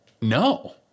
no